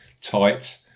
tight